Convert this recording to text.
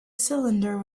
cylinder